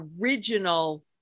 original